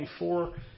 24